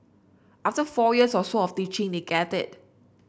after four years or so of teaching they get it